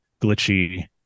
glitchy